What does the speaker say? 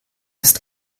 ist